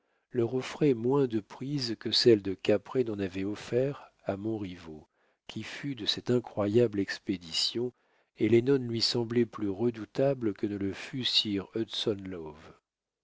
leur offraient moins de prise que celles de caprée n'en avaient offert à montriveau qui fut de cette incroyable expédition et les nonnes lui semblaient plus redoutables que ne le fut sir